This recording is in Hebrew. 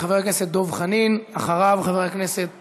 חבר הכנסת דב חנין, ואחריו, חבר הכנסת